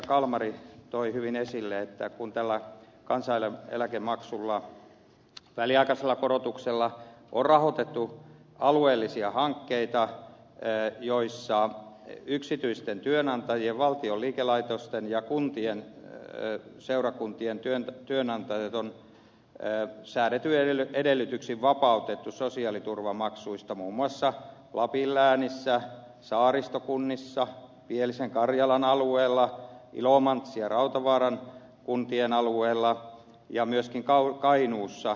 kalmari toi hyvin esille että tällä kansaneläkemaksulla väliaikaisella korotuksella on rahoitettu alueellisia hankkeita joissa yksityisten työantajien valtion liikelaitosten ja kuntien seurakuntien työnantajat on säädetyin edellytyksin vapautettu sosiaaliturvamaksuista muun muassa lapin läänissä saaristokunnissa pielisen karjalan alueella ilomantsin ja rautavaaran alueella ja myöskin kainuussa